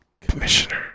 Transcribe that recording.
Commissioner